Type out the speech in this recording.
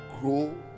grow